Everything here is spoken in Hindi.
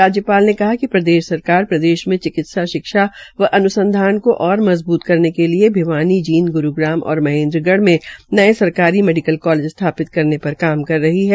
राज्यपाल ने कहा कि प्रदेश सरकार प्रदेश के चिकित्सा शिक्षा व अन्संधान को ओर मजबूत करने के लिये भिवानी भिवानी जींद ग्रूग्राम और महेन्द्रगढ़ में नये सरकारी मेडिकल कालेज स्थापित करने का काम कर रही है